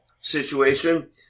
situation